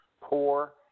poor